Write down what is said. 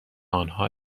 آنها